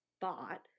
thought